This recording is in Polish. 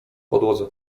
podłodze